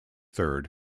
third